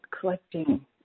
collecting